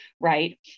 right